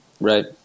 Right